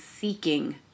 seeking